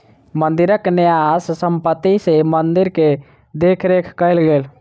मंदिरक न्यास संपत्ति सॅ मंदिर के देख रेख कएल गेल